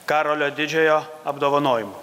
karolio didžiojo apdovanojimu